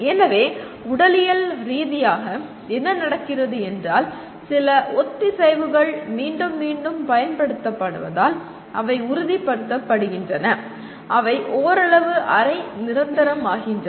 எனவே உடலியல் ரீதியாக என்ன நடக்கிறது என்றால் சில ஒத்திசைவுகள் மீண்டும் மீண்டும் பயன்படுத்தப்படுவதால் அவை உறுதிப்படுத்தப்படுகின்றன அவை ஓரளவு அரை நிரந்தரமாகின்றன